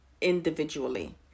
individually